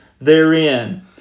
therein